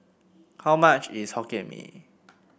how much is Hokkien Mee